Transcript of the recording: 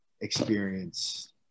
experience